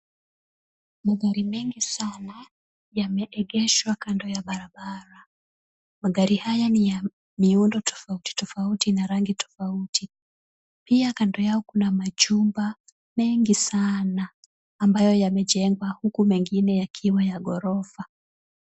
Magari mengi sana yameegeshwa kando ya barabara. Magari haya ni ya miundo tofauti tofauti na rangi tofauti. Pia kando yao kuna majumba mengi sana ambayo yamejengwa, huku mengine yakiwa ya ghorofa.